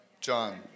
John